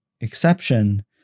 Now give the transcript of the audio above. exception